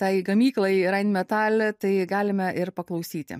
tai gamyklai rainmetal tai galime ir paklausyti